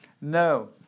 No